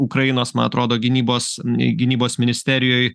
ukrainos man atrodo gynybos nei gynybos ministerijoj